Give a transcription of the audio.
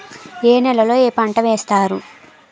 ఏ నేలలో ఏ పంట వేస్తారు?